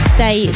Stay